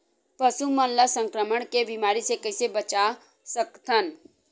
पशु मन ला संक्रमण के बीमारी से कइसे बचा सकथन?